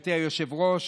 גברתי היושבת-ראש.